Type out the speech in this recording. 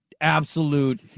absolute